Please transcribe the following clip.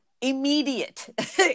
immediate